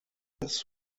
this